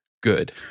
good